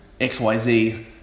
xyz